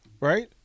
Right